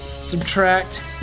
subtract